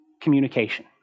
communication